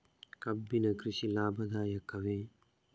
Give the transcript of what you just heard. ಕಬ್ಬಿನ ಕೃಷಿ ಲಾಭದಾಯಕವೇ?